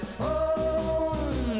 home